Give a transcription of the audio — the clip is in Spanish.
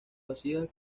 vasijas